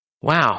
Wow